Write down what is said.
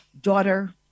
daughter